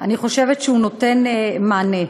אני חושבת שהוא נותן מענה.